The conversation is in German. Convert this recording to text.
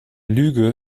lüge